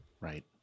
Right